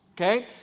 okay